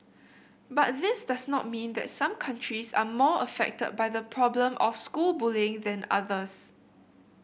but this does not mean that some countries are more affected by the problem of school bullying than others